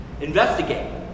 Investigate